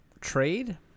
trade